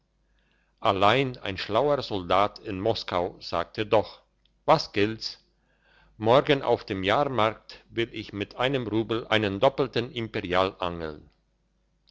allein ein schlauer soldat in moskau sagte doch was gilt's morgen auf dem jahrmarkt will ich mit einem rubel einen doppelten imperial angeln